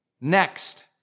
Next